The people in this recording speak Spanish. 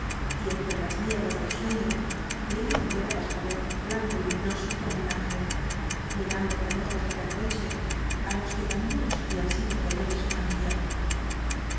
y entre las nieblas del sueño creían ver á pascualet blanco y luminoso como un ángel mi rando con ojos de reproche á los que tan du ros habían sido con él y su familia